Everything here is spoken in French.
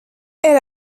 elle